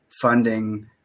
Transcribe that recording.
funding